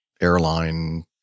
airline